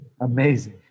Amazing